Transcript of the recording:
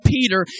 Peter